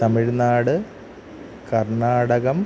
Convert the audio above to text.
Tamil Nadu Karnataka